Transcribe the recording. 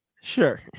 Sure